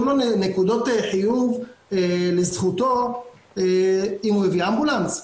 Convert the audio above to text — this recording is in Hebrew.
לו נקודות חיוב לזכותו אם הוא מביא אמבולנס,